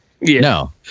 No